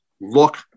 look